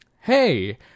hey